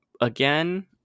again